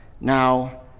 now